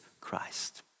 Christ